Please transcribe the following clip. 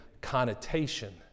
connotation